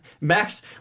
Max